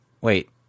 Wait